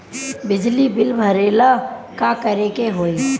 बिजली बिल भरेला का करे के होई?